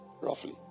roughly